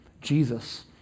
Jesus